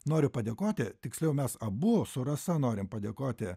noriu padėkoti tiksliau mes abu su rasa norim padėkoti